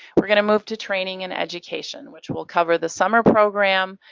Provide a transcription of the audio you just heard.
we're gonna move to training and education which will cover the summer program,